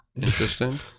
interesting